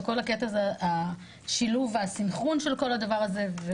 וכל הקטע זה השילוב והסנכרון של כל הדבר הזה.